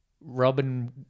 Robin